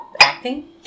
acting